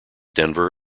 denver